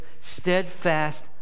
steadfast